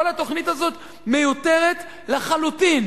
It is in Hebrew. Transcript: כל התוכנית הזאת מיותרת לחלוטין.